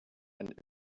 and